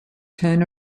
turn